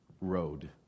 Road